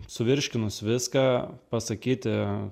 suvirškinus viską pasakyti